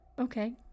Okay